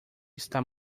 está